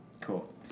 Cool